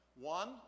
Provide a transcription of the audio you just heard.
One